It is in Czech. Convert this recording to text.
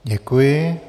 Děkuji.